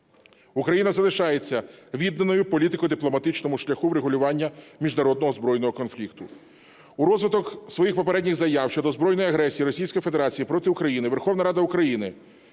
Україна залишається відданою політико-дипломатичному шляху врегулювання міжнародного збройного конфлікту. У розвиток своїх попередніх заяв щодо збройної агресії Російської Федерації проти України Верховна Рада України